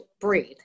breathe